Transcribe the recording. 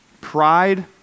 pride